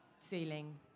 ceiling